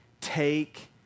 Take